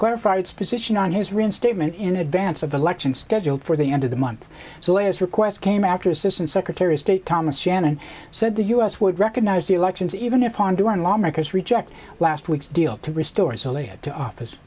clarify its position on his reinstatement in advance of elections scheduled for the end of the month so as request came after assistant secretary of state thomas shannon said the u s would recognize the elections even if honduran lawmakers reject last week's deal to restore so they had to office